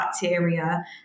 bacteria